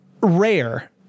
rare